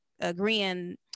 agreeing